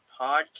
podcast